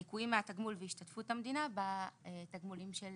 הניכויים מהתגמול והשתתפות המדינה בתגמולים של